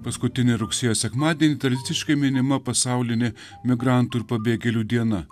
paskutinį rugsėjo sekmadienį tradiciškai minima pasaulinė migrantų ir pabėgėlių diena